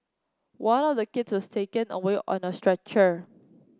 one of the kids was taken away on a stretcher